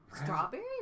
strawberry